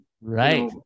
Right